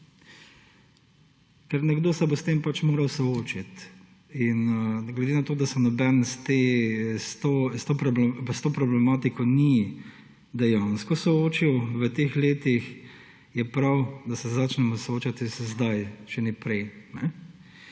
ker nekdo se bo s tem pač moral soočiti. Glede na to, da se noben s to problematiko ni dejansko soočil v teh letih, je prav, da se začnemo soočati sedaj, če ne prej.